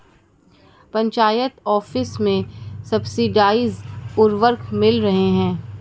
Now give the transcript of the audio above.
panchayat office में subsidised उर्वरक मिल रहे हैं